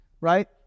right